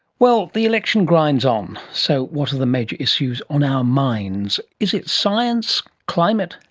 well, the election grinds on. so what are the major issues on our minds? is it science, climate,